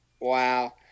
Wow